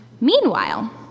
Meanwhile